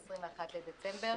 ב-21 לדצמבר.